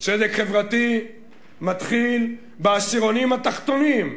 צדק חברתי מתחיל בעשירונים התחתונים,